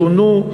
שונו,